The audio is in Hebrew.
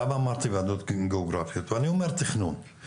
למה אמרתי ועדות גיאוגרפיות ואני אומר תכנון,